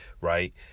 right